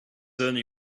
only